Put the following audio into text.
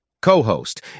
Co-host